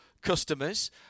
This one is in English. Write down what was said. customers